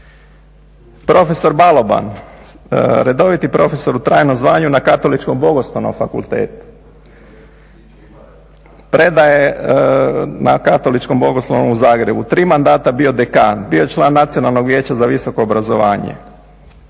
Profesor Baloban, redoviti profesor u trajnom zvanju na Katoličko-bogoslovnom fakultetu. Predaje na Katoličkom-bogoslovnom u Zagrebu. Tri mandata bio dekan. Bio član Nacionalnog vijeća za visoko obrazovanje.